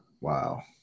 wow